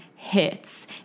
hits